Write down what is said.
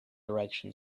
direction